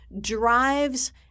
drives